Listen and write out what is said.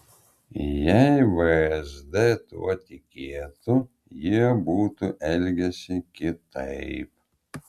jei vsd tuo tikėtų jie būtų elgęsi kitaip